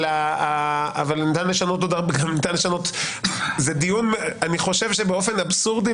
אני חושב שבאופן אבסורדי,